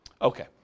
Okay